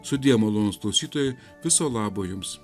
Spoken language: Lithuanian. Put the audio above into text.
sudie malonūs klausytojai viso labo jums